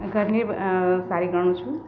ઘરની સારી ગણું છું